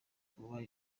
kuba